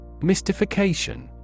Mystification